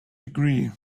degree